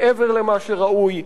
מעבר למה שראוי,